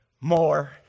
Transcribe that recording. More